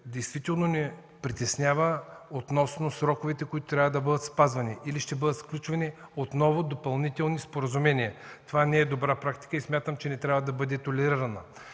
действително ни притеснява относно сроковете, които трябва да бъдат спазвани. Или ще бъдат сключвани допълнителни споразумения? Това не е добра практика и смятам, че не трябва да бъде толерирана.